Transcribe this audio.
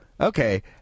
okay